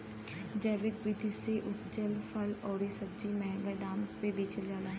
जैविक विधि से उपजल फल अउरी सब्जी महंगा दाम पे बेचल जाला